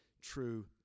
true